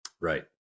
right